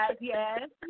yes